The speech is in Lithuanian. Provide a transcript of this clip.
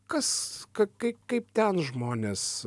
kas ką kai kaip ten žmonės